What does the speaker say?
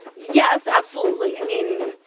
yes, absolutely. i mean,